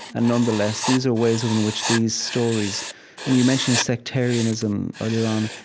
and nonetheless, these are ways in which these stories and you mentioned sectarianism earlier on,